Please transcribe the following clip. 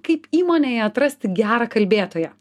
kaip įmonėje atrasti gerą kalbėtoją